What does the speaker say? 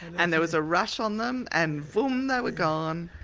and there was a rush on them. and boom! they were gone.